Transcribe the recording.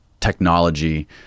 technology